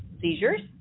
seizures